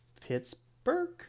Pittsburgh